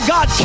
God